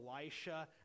Elisha